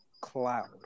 cloud